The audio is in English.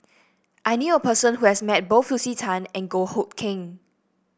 I knew a person who has met both Lucy Tan and Goh Hood Keng